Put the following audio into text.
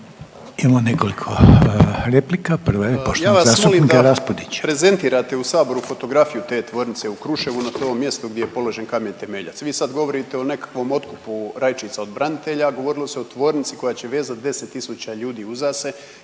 Ja vas molim da prezentirate u saboru fotografiju te tvornice u Kruševu na to mjesto gdje je položen kamen temeljac. Vi sad govorite o nekakvom otkupu rajčica od branitelja, a govorilo se o tvornici koja će vezati 10.000 ljudi uza se,